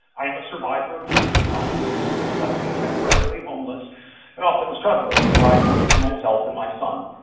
i am a survivor of domestic violence which left me temporarily homeless and often struggling to provide food for myself and my son.